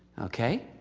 okay?